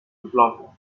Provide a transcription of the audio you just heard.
plan